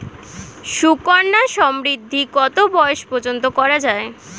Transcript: সুকন্যা সমৃদ্ধী কত বয়স পর্যন্ত করা যায়?